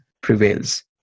prevails